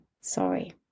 sorry